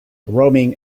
roaming